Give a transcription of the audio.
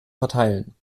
verteilen